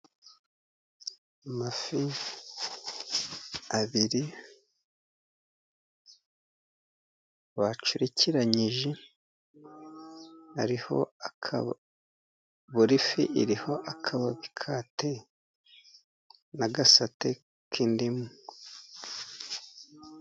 Amafi abiri bacurikiranyije ariho akaba buri fi iriho akababi ka te n'agasate k'indimu.